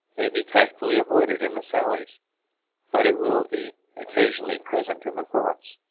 may be tactfully avoided in the sallies but it will be occasionally present in the thoughts.